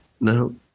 No